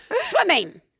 swimming